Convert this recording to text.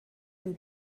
den